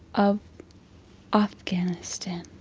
of afghanistan.